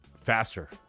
faster